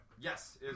Yes